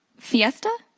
fiesta.